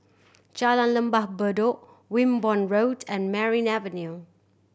Jalan Lembah Bedok Wimborne Road and Merryn Avenue